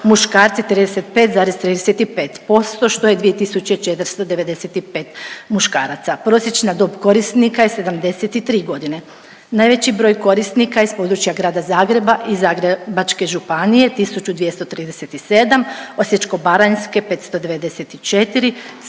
muškarci 35,35% što je 2495 muškaraca. Prosječna dob korisnika je 73 godine, najveći broj korisnika je s područja Grada Zagreba i Zagrebačke županije 1237, Osječko-baranjske 594,